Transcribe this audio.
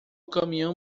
caminhão